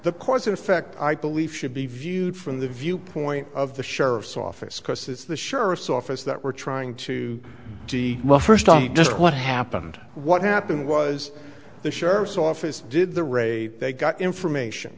the cause and effect i believe should be viewed from the viewpoint of the sheriff's office close is the sheriff's office that we're trying to do you must first just what happened what happened was the sheriff's office did the raid they got information